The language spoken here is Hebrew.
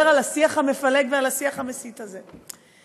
על השיח המפלג ועל השיח המסית הזה.